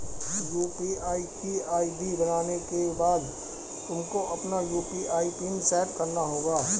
UPI की ID बनाने के बाद तुमको अपना यू.पी.आई पिन सैट करना होगा